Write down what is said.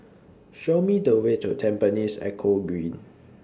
Show Me The Way to Tampines Eco Green